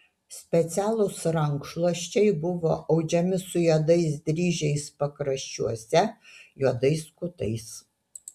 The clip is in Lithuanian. specialūs rankšluosčiai buvo audžiami su juodais dryžiais pakraščiuose juodais kutais